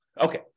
Okay